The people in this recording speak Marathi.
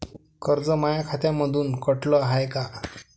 कर्ज माया खात्यामंधून कटलं हाय का?